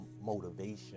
motivation